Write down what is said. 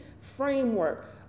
framework